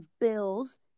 Bills